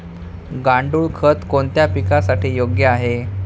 गांडूळ खत कोणत्या पिकासाठी योग्य आहे?